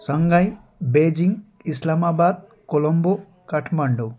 Shanghai Beijing Islamabad Colombo Kathmandu